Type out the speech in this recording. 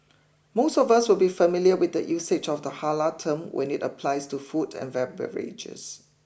most of us will be familiar with the usage of the halal term when it applies to food and beverages